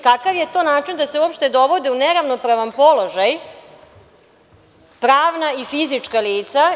Kakav je to način da se uopšte dovode u neravnopravan položaj pravna i fizička lica?